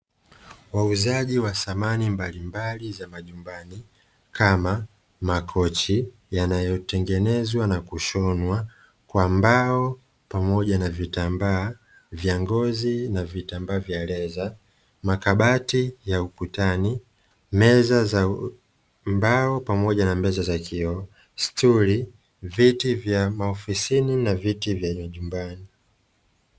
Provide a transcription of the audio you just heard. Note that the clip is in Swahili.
Wauzaji wa samani mbalimbali za majumbani, kama makochi yanayotengenezwa na kushonwa kwa mbao pamoja na vitambaa vya ngozi na vitambaa vya "leather", makabati ya ukutani, meza za mbao pamoja na meza za kioo, stuli, viti vya maofisini na viti vya majumbani.